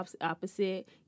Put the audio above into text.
opposite